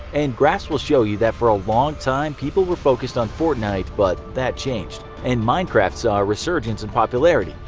and graphs will show you that for a long time people were focused on fortnite, but that changed, and minecraft saw a resurgence in popularity.